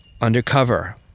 undercover